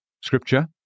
Scripture